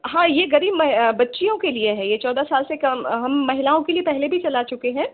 हाँ यह गरीब महि बच्चियों के लिए है यह चौदह साल से कम हम महिलाओं के लिए पहले भी चला चुके हैं